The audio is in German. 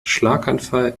schlaganfall